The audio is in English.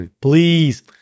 Please